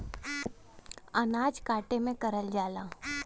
अनाज काटे में करल जाला